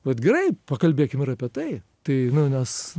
vat gerai pakalbėkim ir apie tai tai nu nes